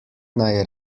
naj